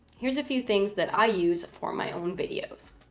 here's a few things that i use for my own videos.